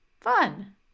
fun